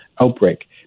outbreak